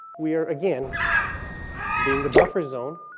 we are again being the buffer zone.